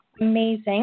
amazing